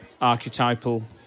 archetypal